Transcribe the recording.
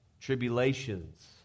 tribulations